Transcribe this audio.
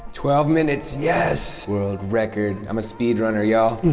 twelve minutes. yes! world record. i'm a speed runner y'all.